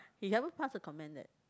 he ever pass a comment that